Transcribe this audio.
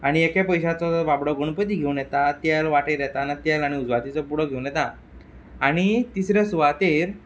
आनी एका पयश्याचो तो बाबडो गणपती घेवन येता तेल वाटेर येताना तेल आनी उजवातींचो पुडो घेवन येता आनी तिसरे सुवातेर